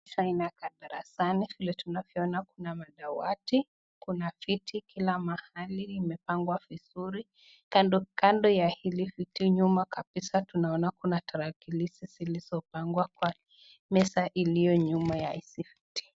Picha inakaa darasani. Vile tunavyoona kuna madawati, kuna viti kila mahali imepangwa vizuri. Kando kando ya hili viti, nyuma kabisa tunaona kuna tarakilishi zilizopangwa kwa meza iliyo nyuma ya hizi viti.